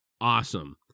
awesome